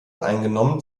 eingenommen